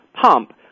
Pump